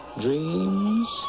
dreams